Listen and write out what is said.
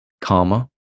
karma